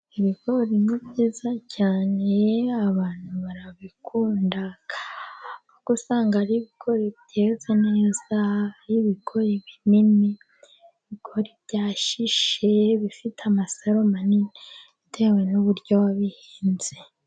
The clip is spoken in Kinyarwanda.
Ibigori ni byiza cyane abantu barabikunda, kuko usanga ari ibigori byeze neza, ari ibigori binini byashishe bifite amasaro manini, bitewe n'uburyo wabihinze.